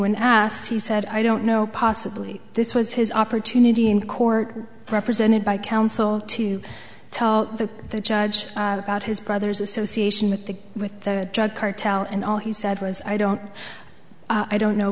when asked he said i don't know possibly this was his opportunity in court represented by counsel to tell the judge about his brother's association with the with the drug cartel and all he said was i don't i don't know